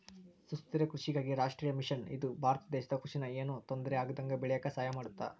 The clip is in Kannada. ಸುಸ್ಥಿರ ಕೃಷಿಗಾಗಿ ರಾಷ್ಟ್ರೀಯ ಮಿಷನ್ ಇದು ಭಾರತ ದೇಶದ ಕೃಷಿ ನ ಯೆನು ತೊಂದರೆ ಆಗ್ದಂಗ ಬೇಳಿಯಾಕ ಸಹಾಯ ಮಾಡುತ್ತ